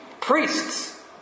priests